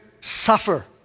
suffer